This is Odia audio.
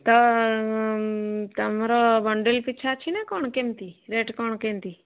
ତ ତମର ବଣ୍ଡେଲ୍ ପିଛା ଅଛି ନା କ'ଣ କେମିତି ରେଟ୍ କ'ଣ କେମିତି